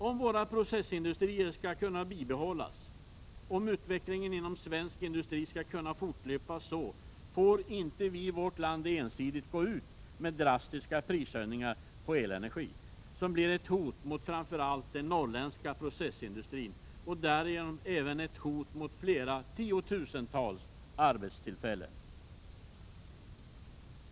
Om våra processindustrier skall kunna bibehållas, om utvecklingen inom svensk industri skall kunna fortlöpa, får inte vi i vårt land ensidigt gå ut med drastiska prishöjningar på elenergi, som blir ett hot mot framför allt den norrländska processindustrin och därigenom även ett hot mot flera tiotusentals arbetstillfällen.